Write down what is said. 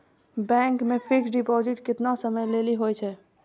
Bank मे fixed deposit केतना समय के लेली होय छै?